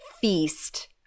feast